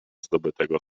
zdobytego